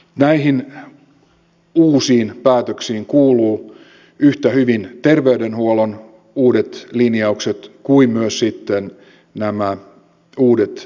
näihin uusiin päätöksiin kuuluvat yhtä hyvin terveydenhuollon uudet linjaukset kuin myös sitten nämä uudet liikennehankkeet